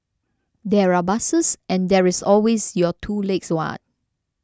there are buses and there's always your two legs what